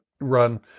run